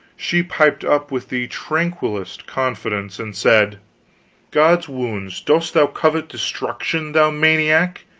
she piped up with the tranquilest confidence, and said god's wounds, dost thou covet destruction, thou maniac?